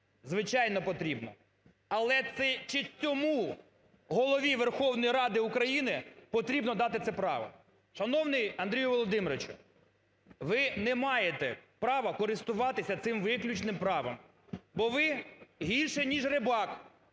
Звичайно, потрібно. Але чи це цьому Голові Верховної Ради України потрібно дати це право? Шановний Андрій Володимирович, ви не маєте права користуватись цим виключним правом, бо ви гірше ніж Рибак